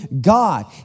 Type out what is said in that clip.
God